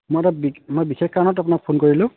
মই এটা বি মই বিশেষ কাৰণত আপোনাক ফোন কৰিলোঁ